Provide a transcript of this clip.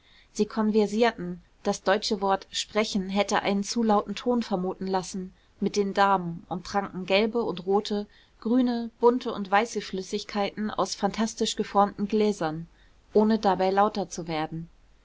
sie konversierten das deutsche wort sprechen hätte einen zu lauten ton vermuten lassen mit den damen und tranken gelbe und rote grüne bunte und weiße flüssigkeiten aus phantastisch geformten gläsern ohne dabei lauter zu werden